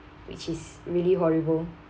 which is really horrible